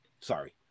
sorry